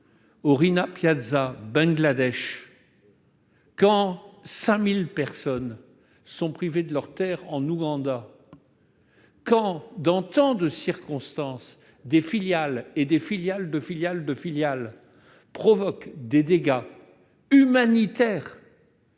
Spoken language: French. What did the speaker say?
du Rana Plaza au Bangladesh, quand 5 000 personnes sont privées de leurs terres en Ouganda, quand, dans tant de circonstances, des filiales et des filiales de filiales provoquent des dégâts humanitaires